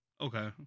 okay